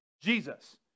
Jesus